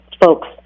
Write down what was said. folks